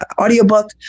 audiobook